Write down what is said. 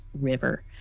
river